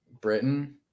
Britain